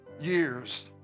years